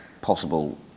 possible